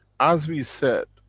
as we said,